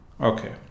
Okay